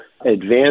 advance